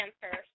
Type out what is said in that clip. first